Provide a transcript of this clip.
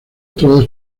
otros